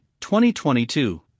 2022